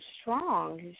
strong